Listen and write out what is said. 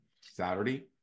Saturday